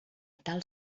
tal